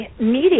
media